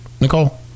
Nicole